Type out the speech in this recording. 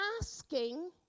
asking